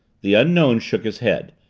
the unknown shook his head,